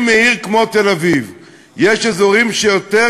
אם בעיר כמו תל-אביב יש אזורים שיותר